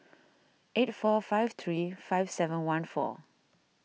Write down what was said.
eight four five three five seven one four